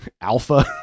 alpha